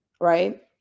right